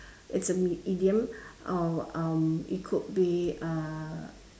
it's a me~ idiom uh um it could be uh